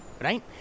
right